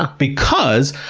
ah because,